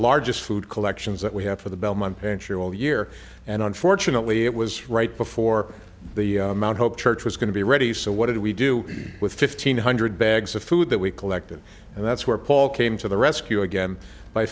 largest food collections that we have for the belmont pensionable year and unfortunately it was right before the mount hope church was going to be ready so what did we do with fifteen hundred bags of food that we collected and that's where paul came to the rescue again by